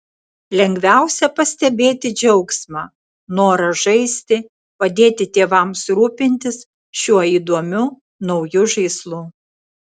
lengviausia pastebėti džiaugsmą norą žaisti padėti tėvams rūpintis šiuo įdomiu nauju žaislu